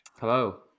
Hello